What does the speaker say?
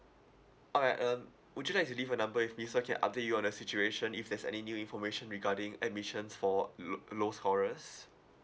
alright um would you like to leave a number with me so I can update you on the situation if there's any new information regarding admissions for lo~ lowes horace